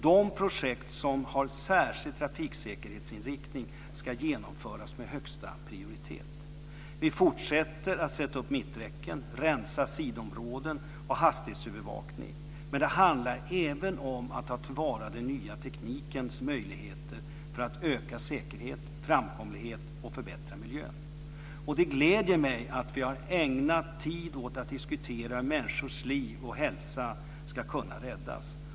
De projekt som har särskild trafiksäkerhetsinriktning ska genomföras med högsta prioritet. Vi fortsätter att sätta upp mitträcken, rensa sidoområden och ha hastighetsövervakning. Men det handlar även om att ta till vara den nya teknikens möjligheter för att öka säkerhet, framkomlighet och förbättra miljön. Det gläder mig att vi har ägnat tid åt att diskutera hur människors liv och hälsa ska kunna räddas.